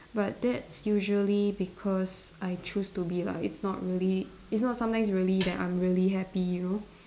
but that's usually because I choose to be lah it's not really it's not sometimes really that I'm really happy you know